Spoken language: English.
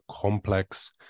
complex